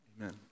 Amen